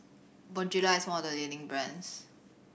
Bonjela is one of the leading brands